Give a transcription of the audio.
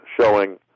showing